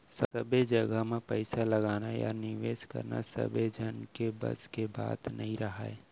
सब्बे जघा म पइसा लगाना या निवेस करना सबे झन के बस के बात नइ राहय